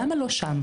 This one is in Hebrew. למה לא שם?